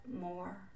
more